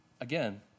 again